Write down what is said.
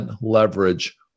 leverage